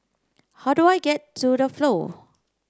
how do I get to The Flow